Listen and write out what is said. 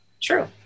True